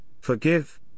forgive